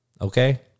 Okay